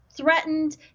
threatened